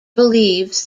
believes